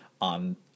on